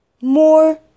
more